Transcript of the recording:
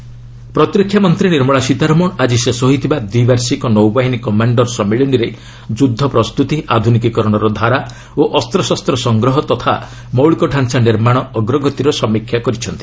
Sitharaman conference ପ୍ରତିରକ୍ଷା ମନ୍ତ୍ରୀ ନିର୍ମଳା ସୀତାରମଣ ଆଜି ଶେଷ ହୋଇଥିବା ଦ୍ୱି ବାର୍ଷିକ ନୌବାହିନୀ କମାଣ୍ଡର ସମ୍ମିଳନୀରେ ଯୁଦ୍ଧ ପ୍ରସ୍ତୁତି ଆଧୁନିକିକରଣର ଧାରା ଓ ଅସ୍ତଶସ୍ତ ସଂଗ୍ରହ ତଥା ମୌଳିକ ଡାଞ୍ଚା ନିର୍ମାଣ ଅଗ୍ରଗତିର ସମିକ୍ଷା କରିଛନ୍ତି